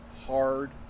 hard